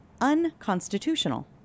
unconstitutional